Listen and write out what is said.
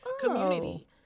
community